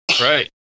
Right